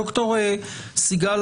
ד"ר סיגל